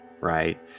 right